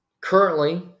currently